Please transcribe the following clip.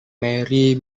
mary